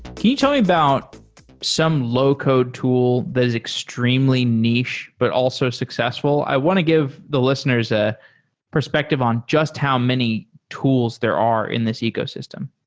tell me about some low-code tool that is extremely niche but also successful? i want to give the listeners a perspective on just how many tools there are in this ecosystem.